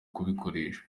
kubikoresha